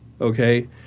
Okay